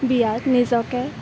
বিয়াত নিজকে